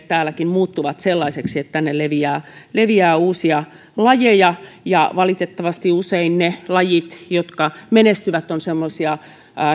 täälläkin muuttuvat sellaisiksi että tänne leviää leviää uusia lajeja ja valitettavasti usein ne lajit jotka menestyvät ovat semmoisia